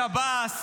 בשב"ס,